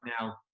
now